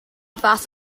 fath